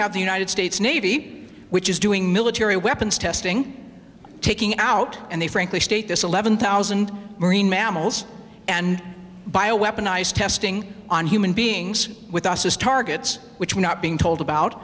have the united states navy which is doing military weapons testing taking out and they frankly state this eleven thousand marine mammals and bio weaponized testing on human beings with us as targets which we're not being told about